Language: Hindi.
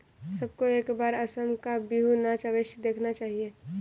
सबको एक बार असम का बिहू नाच अवश्य देखना चाहिए